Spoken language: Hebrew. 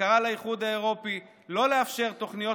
וקרא לאיחוד האירופי לא לאפשר תוכניות